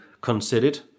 considered